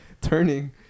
turning